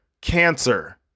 cancer